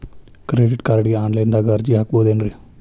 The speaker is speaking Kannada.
ಕ್ರೆಡಿಟ್ ಕಾರ್ಡ್ಗೆ ಆನ್ಲೈನ್ ದಾಗ ಅರ್ಜಿ ಹಾಕ್ಬಹುದೇನ್ರಿ?